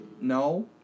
no